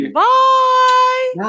bye